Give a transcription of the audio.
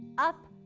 up,